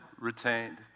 retained